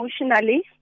emotionally